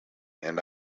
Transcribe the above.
and